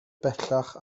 bellach